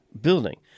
building